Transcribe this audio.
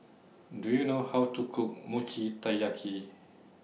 Do YOU know How to Cook Mochi Taiyaki